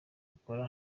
bakora